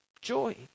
joy